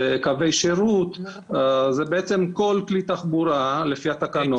זה קווי שירות ובעצם כל כלי תחבורה לפי התקנות,